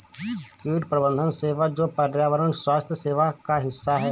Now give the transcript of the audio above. कीट प्रबंधन सेवा जो पर्यावरण स्वास्थ्य सेवा का हिस्सा है